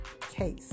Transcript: case